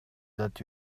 that